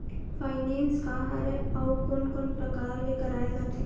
Finance का हरय आऊ कोन कोन प्रकार ले कराये जाथे?